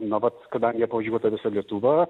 na vat kadangi apvažiuota visa lietuva